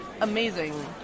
amazing